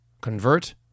convert